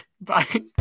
bye